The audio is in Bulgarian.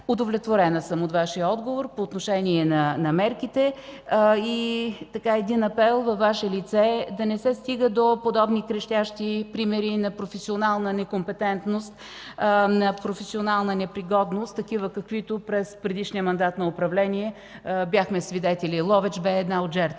Удовлетворена съм от Вашия отговор по отношение на мерките. Един апел във Ваше лице – да не се стига до подобни крещящи примери на професионална некомпетентност и професионална непригодност, на каквито при предишния мандат на управление бяхме свидетели. Ловеч бе една от жертвите